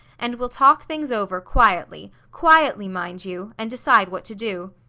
and we'll talk things over, quietly, quietly, mind you and decide what to do.